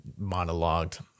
monologued